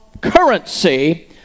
currency